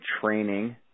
training